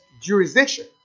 jurisdiction